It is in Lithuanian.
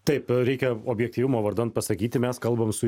taip reikia objektyvumo vardan pasakyti mes kalbam su